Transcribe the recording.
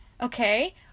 okay